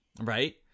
Right